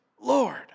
Lord